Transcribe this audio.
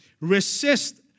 Resist